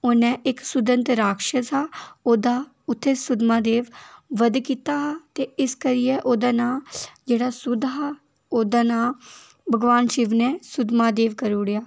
उ'नें इक्क सुधांत राक्षस हा ओह्दा उत्थें सुद्धमहादेव वद्ध कीता हा ते इस करियै ओह्दा नांऽ जेह्ड़ा सुद्ध हा ओह्दा नांऽ भगवान शिव ने सुद्धमहादेव करी ओड़ेआ